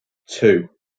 two